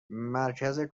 مرکز